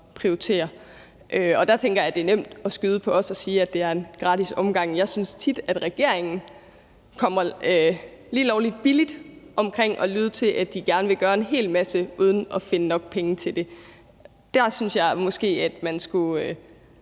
prioritere. Og der tænker jeg, det er nemt at skyde på os og sige, det er en gratis omgang. [Lydudfald] ... kommer lige lovlig billigt omkring at lyde, som om de gerne vil gøre en helt masse uden at finde nok penge til det. Der synes jeg måske man skulle